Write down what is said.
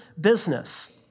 business